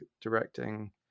directing